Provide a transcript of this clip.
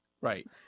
Right